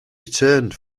returned